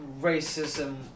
racism